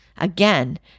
Again